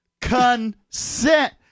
consent